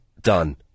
done